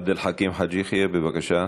עבד אל חכים חאג' יחיא, בבקשה.